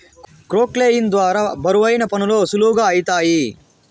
క్రొక్లేయిన్ ద్వారా బరువైన పనులు సులువుగా ఐతాయి